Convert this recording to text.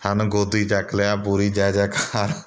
ਸਾਨੂੰ ਗੋਦੀ ਚੱਕ ਲਿਆ ਪੂਰੀ ਜੈ ਜੈ ਕਾ ਕਾਰ